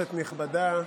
כנסת נכבדה,